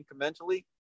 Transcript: incrementally